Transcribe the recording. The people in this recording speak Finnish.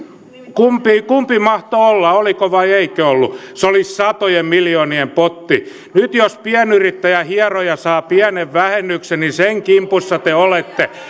kumpi kumpi mahtoi olla oliko vai eikö ollut se oli satojen miljoonien potti nyt jos pienyrittäjä hieroja saa pienen vähennyksen niin sen kimpussa te olette